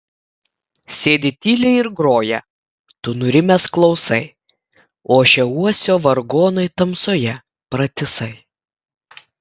sėdi tyliai ir groja tu nurimęs klausai ošia uosio vargonai tamsoje pratisai